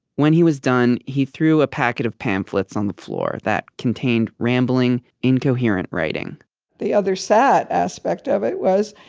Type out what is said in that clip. when he was done, he threw a packet of pamphlets on the floor that contained rambling incoherent writing the other sad aspect of it was,